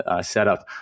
setup